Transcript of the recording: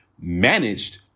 managed